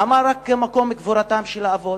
אז למה רק מקום קבורתם של האבות?